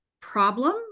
problem